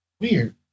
Weird